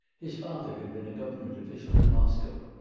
his father had been a government official in moscow.